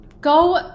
go